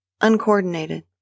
uncoordinated